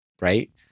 right